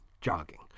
jogging